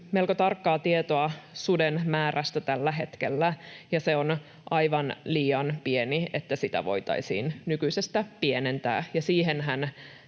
melko tarkkaa tietoa suden määrästä tällä hetkellä, ja se on aivan liian pieni, että sitä voitaisiin nykyisestä pienentää,